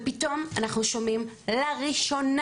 ופתאום אנחנו שומעים לראשונה,